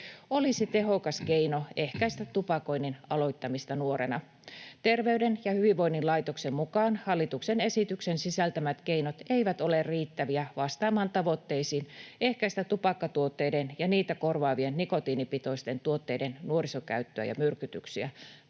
olisi tehokas keino ehkäistä tupakoinnin aloittamista nuorena. Terveyden ja hyvinvoinnin laitoksen mukaan hallituksen esityksen sisältämät keinot eivät ole riittäviä vastaamaan tavoitteisiin ehkäistä tupakkatuotteiden ja niitä korvaavien nikotiinipitoisten tuotteiden nuorisokäyttöä ja myrkytyksiä.